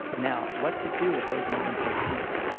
now, what to do at those moments of peak?